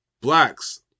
Blacks